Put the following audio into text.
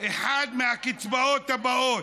אחת מהקצבאות האלה: